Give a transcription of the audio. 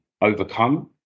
overcome